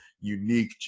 unique